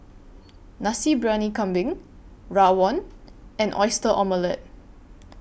Nasi Briyani Kambing Rawon and Oyster Omelette